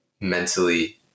Mentally